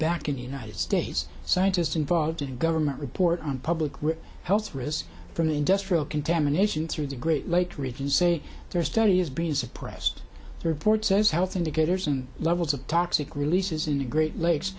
back in the united states scientists involved in government report on public health risks from industrial contamination through the great lakes region say their study has been suppressed the report says health indicators and levels of toxic releases in the great lakes